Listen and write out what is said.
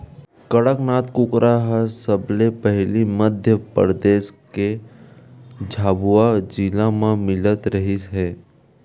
कड़कनाथ कुकरा ह सबले पहिली मध्य परदेस के झाबुआ जिला म मिलत रिहिस हे